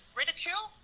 ridicule